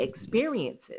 experiences